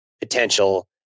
potential